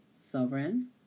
Sovereign